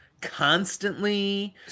constantly